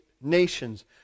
nations